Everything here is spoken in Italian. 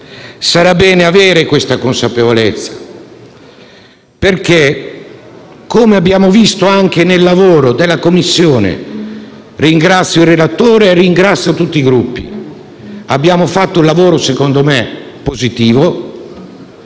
Sarà bene avere questa consapevolezza, come abbiamo visto anche nel lavoro della Commissione. Io ringrazio qui il relatore e ringrazio tutti i Gruppi. Abbiamo fatto un lavoro secondo me positivo.